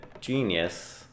genius